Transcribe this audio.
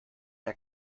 der